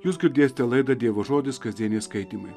jūs girdėsite laidą dievo žodis kasdieniai skaitymai